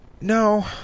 No